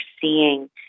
seeing